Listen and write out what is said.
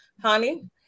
Honey